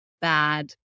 bad